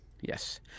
yes